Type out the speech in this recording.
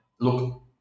look